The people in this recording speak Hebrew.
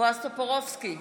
בועז טופורובסקי,